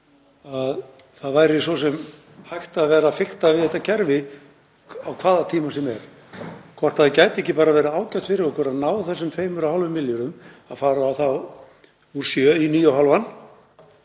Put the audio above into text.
að það væri svo sem hægt að fikta við þetta kerfi á hvaða tíma sem er, hvort það gæti ekki verið ágætt fyrir okkur að ná þessum 2,5 milljörðum og fara úr 7 í 9,5